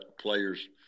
player's